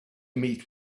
meet